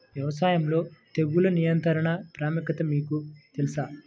వ్యవసాయంలో తెగుళ్ల నియంత్రణ ప్రాముఖ్యత మీకు తెలుసా?